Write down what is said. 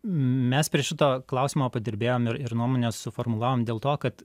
mes prie šito klausimo padirbėjom ir ir nuomonę suformulavom dėl to kad